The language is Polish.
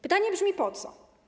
Pytanie brzmi: Po co?